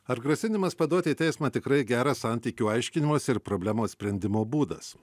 ar grasinimas paduoti į teismą tikrai geras santykių aiškinimosi ir problemos sprendimo būdas